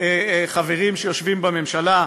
חברים שיושבים בממשלה,